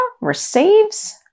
receives